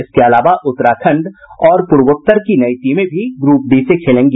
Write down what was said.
इसके अलावा उत्तराखण्ड और पूर्वोत्तर की नई टीमें भी ग्रुप डी से खेलेंगी